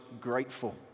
grateful